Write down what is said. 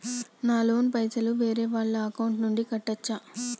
నా లోన్ పైసలు వేరే వాళ్ల అకౌంట్ నుండి కట్టచ్చా?